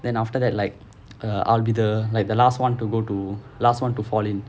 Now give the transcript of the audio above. then after that like err I'll be the like the last one to go to last one to fall in